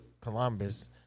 Columbus